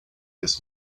this